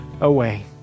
away